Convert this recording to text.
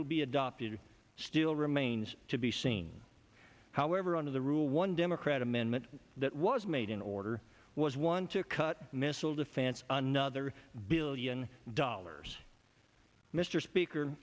will be adopted still remains to be seen however under the rule one democrat amendment that was made in order was one to cut missile defense it's another billion dollars mr speaker